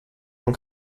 von